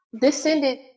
descended